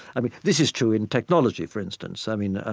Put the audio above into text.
i mean, this is true in technology for instance. i mean,